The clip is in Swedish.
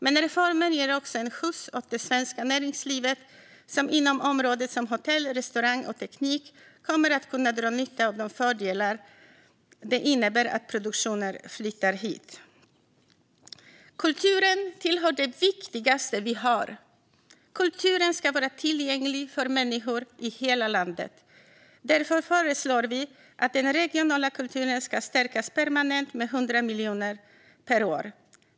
Men reformen ger också en skjuts åt det svenska näringslivet, som inom områden som hotell, restaurang och teknik kommer att kunna dra nytta av de fördelar det innebär att produktioner flyttas hit. Kulturen tillhör det viktigaste vi har. Kulturen ska vara tillgänglig för människor i hela landet. Därför föreslår vi att den regionala kulturen permanent ska stärkas med 100 miljoner per år.